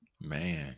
Man